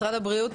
משרד הבריאות.